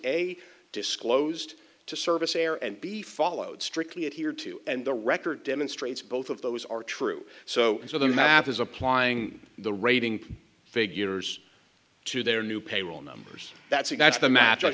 a disclosed to service error and be followed strictly adhered to and the record demonstrates both of those are true so so the math is applying the raving figures to their new payroll numbers that's it that's the mat